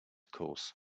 course